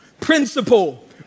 Principle